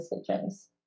decisions